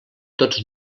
tots